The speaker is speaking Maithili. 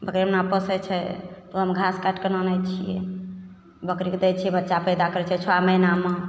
बकरी नेमना पोसै छै तऽ ओकरामे घास काटिके आनै छिए बकरीके दै छिए बच्चा पैदा करै छै छओ महिनामे